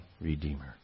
Redeemer